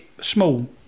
small